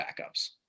backups